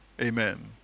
amen